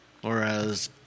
whereas